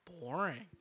boring